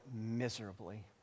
miserably